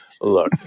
Look